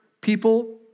people